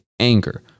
anger